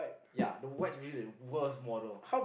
ya the white especially the worst model